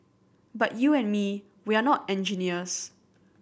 but you and me we're not engineers